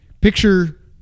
Picture